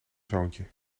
zoontje